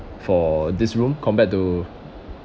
for this room compared to